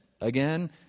again